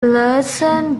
larson